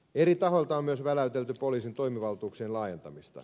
eri tahoilta on myös väläytelty poliisin toimivaltuuksien laajentamista